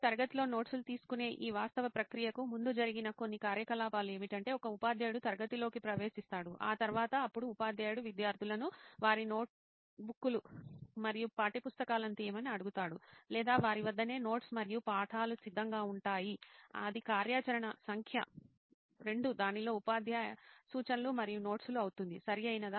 తరగతిలో నోట్స్లు తీసుకునే ఈ వాస్తవ ప్రక్రియకు ముందు జరిగిన కొన్ని కార్యకలాపాలు ఏమిటంటే ఒక ఉపాధ్యాయుడు తరగతిలోకి ప్రవేశిస్తాడు ఆ తరువాత అప్పుడు ఉపాధ్యాయుడు విద్యార్థులను వారి నోట్బుక్లు మరియు పాఠ్యపుస్తకాలను తీయమని అడుగుతాడు లేదా వారి వద్దనే నోట్స్ మరియు పాఠాలు సిద్ధంగా ఉంటాయి అది కార్యాచరణ సంఖ్య 2 దానిలో ఉపాధ్యాయ సూచనలు మరియు నోట్స్లు అవుతుంది సరియైనదా